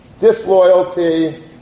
disloyalty